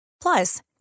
Plus